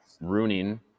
ruining